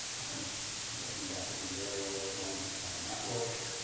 i was looking back at the very old film network.